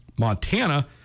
Montana